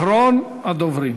אחרון הדוברים.